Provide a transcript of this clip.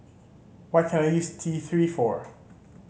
what can I use T Three for